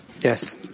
Yes